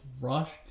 rushed